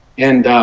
and